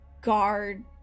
guard